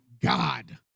God